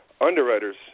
underwriter's